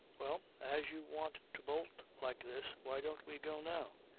well, as you want to bolt like this, why don't we go now?